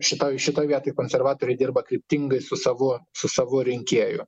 šitoj šitoj vietoj konservatoriai dirba kryptingai su savu su savu rinkėju